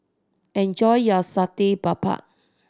enjoy your Satay Babat